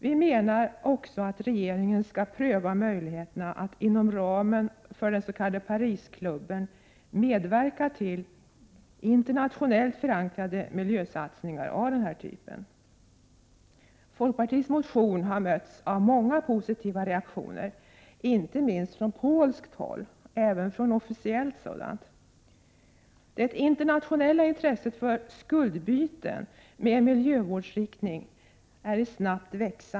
Vi menar också att regeringen skall pröva möjligheterna att inom ramen för den s.k. Parisklubben medverka till internationellt förankrade miljösatsningar av denna typ. Folkpartiets motion har mötts av många positiva reaktioner inte minst från polskt håll — även från officiellt sådant. Det internationella intresset för s.k. skuldbyten med miljövårdsinriktning växer snabbt.